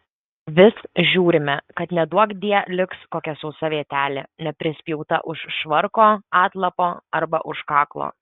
vis žiūrime kad neduokdie liks kokia sausa vietelė neprispjauta už švarko atlapo arba už kaklo